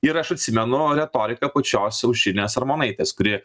ir aš atsimenu retoriką pačios aušrinės armonaitės kuri